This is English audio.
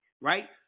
right